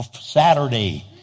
Saturday